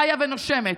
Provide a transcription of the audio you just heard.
חיה ונושמת,